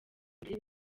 imbere